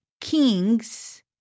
kings